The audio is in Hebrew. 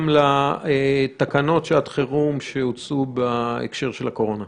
לתקנות שעת חירום שהוצאו בהקשר לקורונה.